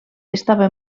estava